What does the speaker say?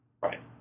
Right